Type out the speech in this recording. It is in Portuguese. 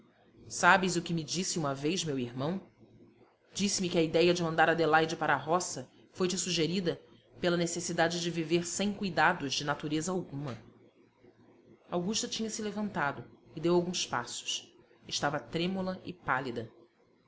sabes o que me disse uma vez meu irmão disse-me que a idéia de mandar adelaide para a roça foi te sugerida pela necessidade de viver sem cuidados de natureza alguma augusta tinha-se levantado e deu alguns passos estava trêmula e pálida